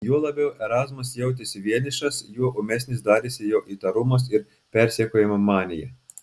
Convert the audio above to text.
juo labiau erazmas jautėsi vienišas juo ūmesnis darėsi jo įtarumas ir persekiojimo manija